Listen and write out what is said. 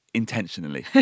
intentionally